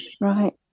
right